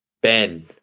Ben